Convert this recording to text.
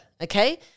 Okay